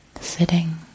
Sitting